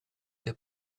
che